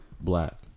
black